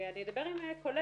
אני אדבר עם "קולך".